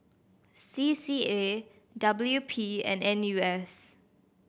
C C A W P and N U S